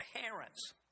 parents